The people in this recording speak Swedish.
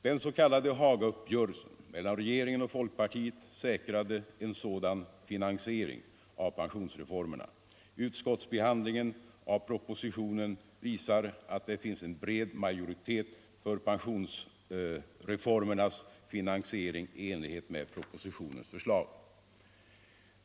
Den s.k. Hagauppgörelsen mellan regeringen och folkpartiet säkrade en sådan finansiering av pensionsreformerna. Utskottsbehandlingen av propositionen visar att det finns en bred majoritet för pensionsreformernas finansiering i enlighet med propositionens förslag.